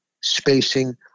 spacing